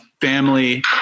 family